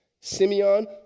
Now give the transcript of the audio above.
Simeon